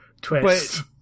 twist